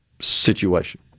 situation